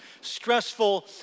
stressful